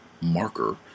marker